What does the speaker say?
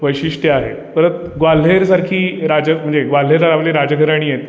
वैशिष्ट्यं आहे परत ग्वाल्हेरसारखी राजं म्हणजे ग्वाल्हेरला लावली राजघराणी आहेत